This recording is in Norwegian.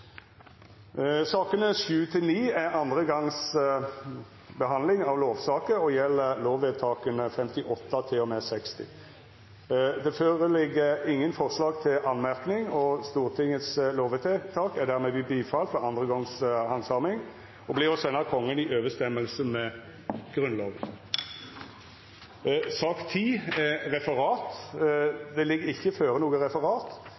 Sakene nr. 7–9 er andre gongs handsaming av lovsaker og gjeld lovvedtaka 58 til og med 60. Det ligg ikkje føre noko forslag til merknad. Stortingets lovvedtak er dermed vedtekne ved andre gongs handsaming og vert å senda Kongen i samsvar med Grunnlova. Det ligg ikkje føre noko referat.